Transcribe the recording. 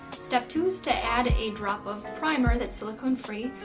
step two is to add a drop of primer, that's silicone free.